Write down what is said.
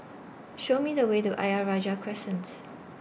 Show Me The Way to Ayer Rajah Crescent